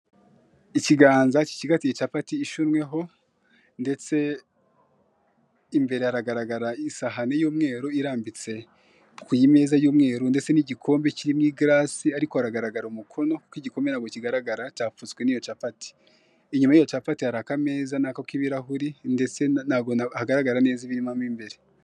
Ikiganza gicigatiye capati ishunnyeho ndetse imbere haragaragara isahani y'umweru irambitse ku meza y'umweru, ndetse n'igikombe kiri mu igarasi ariko haragara umukono kuko igikombe ntago kigaragara cyapfutswe n'iyo capati, inyuma y'iyo capati haragara akameza na ko k'ibirahure ndetse ntago haragara neza ibirimo imbere.